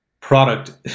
product